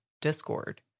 Discord